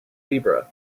zebra